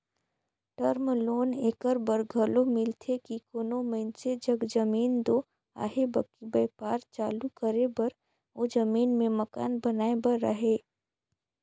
term loan एकर बर घलो मिलथे कि कोनो मइनसे जग जमीन दो अहे बकि बयपार चालू करे बर ओ जमीन में मकान बनाए बर अहे